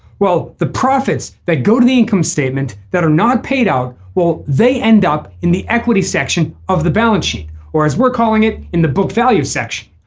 well the profits that go to the income statement that are not paid out will they end up in the equity section of the balance sheet or as we're calling it in the book value section.